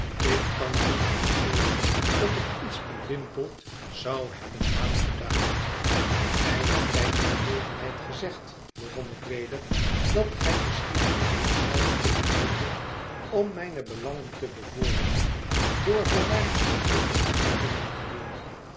ik kan niet toegeven dat ik iets bewimpeld zou hebben aangeduid gij hebt bij die gelegenheid gezegd begon ik weder dat gij misschien middelen zoudt kunnen vinden om mijne belangen te bevorderen door voor mij gewichtige ontdekkingen te doen